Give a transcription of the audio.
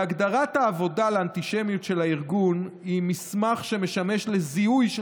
הגדרת העבודה לאנטישמיות של הארגון היא מסמך שמשמש לזיהוי של